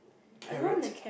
carrot